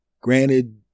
Granted